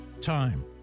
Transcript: Time